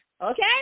Okay